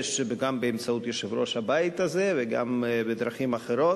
גם באמצעות יושב-ראש הבית הזה וגם בדרכים אחרות.